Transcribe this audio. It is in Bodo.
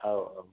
औ औ